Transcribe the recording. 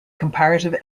comparative